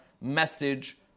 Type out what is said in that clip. message